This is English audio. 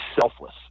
selfless